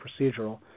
procedural